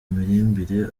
miririmbire